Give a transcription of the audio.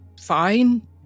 Fine